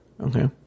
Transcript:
Okay